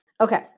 Okay